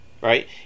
right